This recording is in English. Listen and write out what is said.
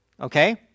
Okay